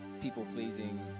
people-pleasing